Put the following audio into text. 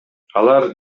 алар